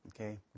Okay